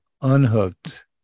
unhooked